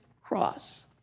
cross